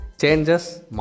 changes